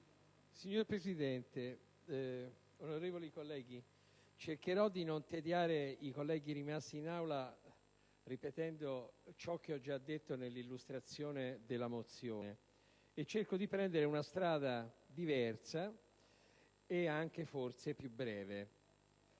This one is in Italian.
Signor Presidente, onorevoli colleghi, cercherò di non tediare i colleghi rimasti in Aula ripetendo ciò che ho già detto nell'illustrazione della mozione presentata dal mio Gruppo. Cerco di prendere una strada diversa e forse anche più breve.